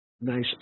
nice